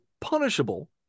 punishable